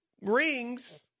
rings